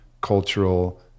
cultural